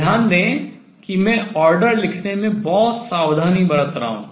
ध्यान दें कि मैं order क्रम लिखने में बहुत सावधानी बरत रहा हूँ